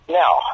now